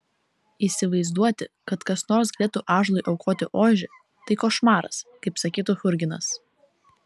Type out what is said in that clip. įsivaizduoti kad kas nors galėtų ąžuolui aukoti ožį tai košmaras kaip sakytų churginas